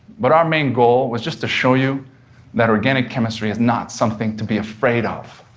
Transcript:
but our main goal was just to show you that organic chemistry is not something to be afraid of.